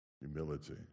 Humility